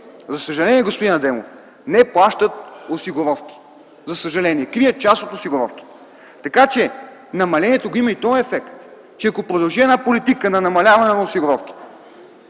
за съжаление, господин Адемов, не плащат осигуровки, крият част от осигуровките? Намалението има и този ефект, че ако продължи една политика на намаляване на осигуровките,